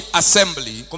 assembly